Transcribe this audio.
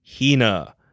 Hina